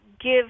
give